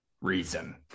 reason